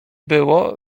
było